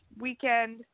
weekend